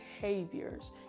behaviors